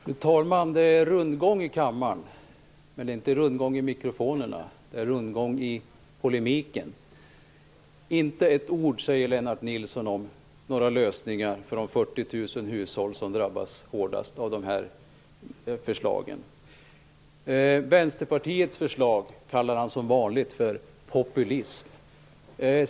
Fru talman! Det är rundgång i kammaren. Men det är inte rundgång i mikrofonerna. Det är rundgång i polemiken. Lennart Nilsson säger inte ett ord om några lösningar för de 40 000 hushåll som drabbas hårdast av dessa förslag. Vänsterpartiets förslag kallar han som vanligt för populistiskt.